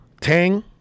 Tang